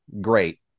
Great